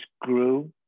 grew